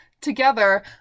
together